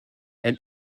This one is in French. elle